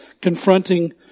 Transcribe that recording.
Confronting